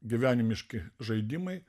gyvenimiški žaidimai